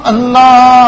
Allah